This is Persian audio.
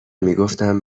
میگفتم